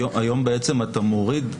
היום בעצם אתה מוריד.